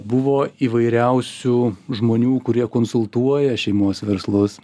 buvo įvairiausių žmonių kurie konsultuoja šeimos verslus